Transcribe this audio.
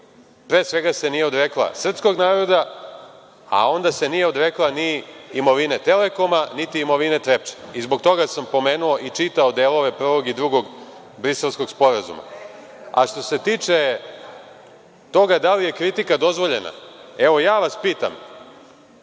pre svega se nije odrekla srpskog naroda, a onda se nije odrekla ni imovine „Telekoma“ niti imovine „Trepče“. Zbog toga sam pomenuo i čitao delove prvog i drugog Briselskog sporazuma. Što se tiče toga da li je kritika dozvoljena, ja vas pitam,